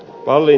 halli